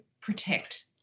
protect